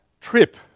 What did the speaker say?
trip